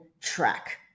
track